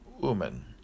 woman